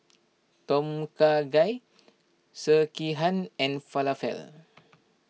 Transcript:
Tom Kha Gai Sekihan and Falafel